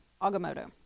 Agamotto